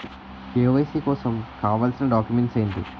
KYC కోసం కావాల్సిన documents ఎంటి?